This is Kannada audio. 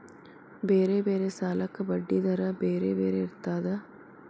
ಬೇರೆ ಬೇರೆ ಸಾಲಕ್ಕ ಬಡ್ಡಿ ದರಾ ಬೇರೆ ಬೇರೆ ಇರ್ತದಾ?